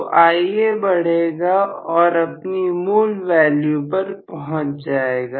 तो Ia बढ़ेगा और अपनी मूल वैल्यू पर पहुंच जाएगा